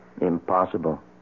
Impossible